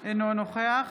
אינו נוכח